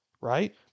right